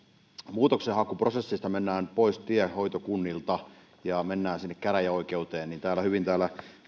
muutoksenhakuprosessissa mennään pois tiehoitokunnista ja mennään sinne käräjäoikeuteen niin kuten täällä